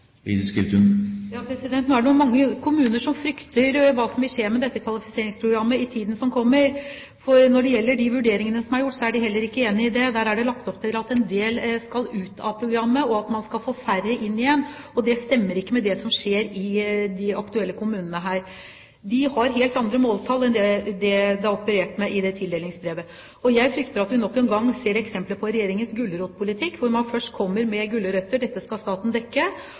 Nå er det mange kommuner som frykter hva som vil skje med dette kvalifiseringsprogrammet i tiden som kommer, for når det gjelder de vurderingene som er gjort, er de heller ikke enige i det. Der er det lagt opp til at en del skal ut av programmet, og at man skal få færre inn igjen. Det stemmer ikke med det som skjer i de aktuelle kommunene. De har helt andre måltall enn det man opererer med i det tildelingsbrevet. Jeg frykter at vi nok en gang ser eksempler på Regjeringens gulrotpolitikk. Man kommer først med gulrøtter: Dette skal staten dekke